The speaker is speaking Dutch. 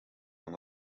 aan